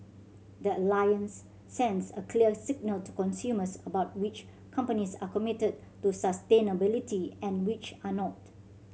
the Alliance sends a clear signal to consumers about which companies are committed to sustainability and which are not